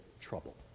trouble